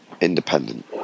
independent